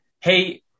Hey